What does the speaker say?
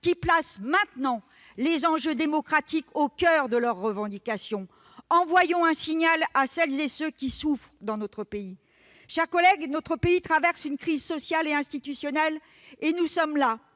qui placent maintenant les enjeux démocratiques au coeur de leurs revendications. Envoyons un signal à celles et ceux qui souffrent dans notre pays ! Chers collègues, la France traverse une crise sociale et institutionnelle et nous en sommes à